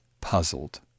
puzzled